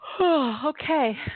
Okay